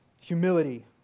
humility